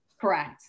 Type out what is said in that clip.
Correct